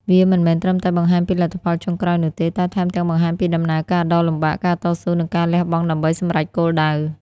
វាមិនមែនត្រឹមតែបង្ហាញពីលទ្ធផលចុងក្រោយនោះទេ តែថែមទាំងបង្ហាញពីដំណើរការដ៏លំបាក ការតស៊ូ និងការលះបង់ដើម្បីសម្រេចគោលដៅ។